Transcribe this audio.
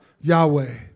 Yahweh